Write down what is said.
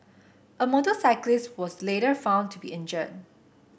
a motorcyclist was later also found to be injured